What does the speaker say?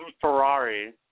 Ferrari